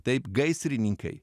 taip gaisrininkai